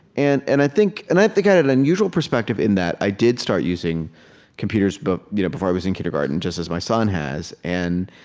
and and i think and i think i had an unusual perspective, in that i did start using computers but you know before i was in kindergarten, just as my son has and